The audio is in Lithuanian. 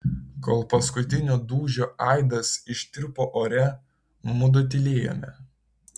kol paskutinio dūžio aidas ištirpo ore mudu tylėjome